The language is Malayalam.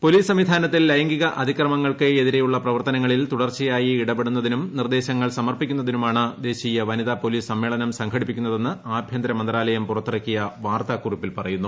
പൊലീസ് സംവിധാനത്തിൽ ലൈംഗിക അതിക്രമങ്ങൾക്ക് എതിരെയുള്ള പ്രവർത്തനങ്ങളിൽ തുടർച്ചയായി ഇടപെടുന്നതിനും നിർദ്ദേശങ്ങൾ സമർപ്പിക്കുന്നതിനുമാണ് ദേശീയ വനിതാപൊലീസ് സമ്മേളനം സംഘടിപ്പിക്കുന്നതെന്ന് ആഭ്യന്തരമന്ത്രാലയം പുറത്തിറക്കിയ വാർത്താകുറിപ്പിൽ പറയുന്നു